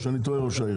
או שאני טועה ראש העיר?